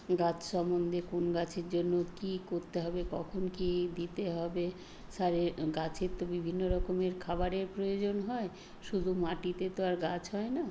গাছ সম্বন্ধে কোন গাছের জন্য কী করতে হবে কখন কী দিতে হবে সারের গাছের তো বিভিন্ন রকমের খাবারের প্রয়োজন হয় শুধু মাটিতে তো আর গাছ হয় না